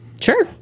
Sure